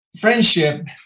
friendship